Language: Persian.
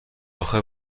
اخه